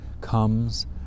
comes